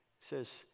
says